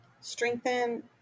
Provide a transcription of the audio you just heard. strengthen